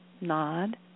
nod